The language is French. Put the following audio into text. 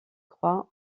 croix